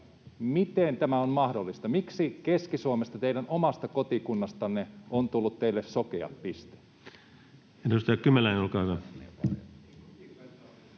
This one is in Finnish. Miten tämä on mahdollista? Miksi Keski-Suomesta, teidän omasta kotimaakunnastanne, on tullut teille sokea piste? Edustaja Kymäläinen, olkaa hyvä.